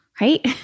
Right